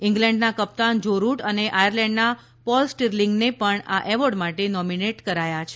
ઇગ્લેન્ડના કપ્તાન Joe Root અને આયરલેન્ડના પોલ સ્ટિરલીંગને પણ આ એવોર્ડ માટે નોમીનેટ કરાયા છે